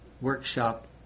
workshop